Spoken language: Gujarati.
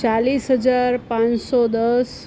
ચાલીસ હજાર પાંચસો દસ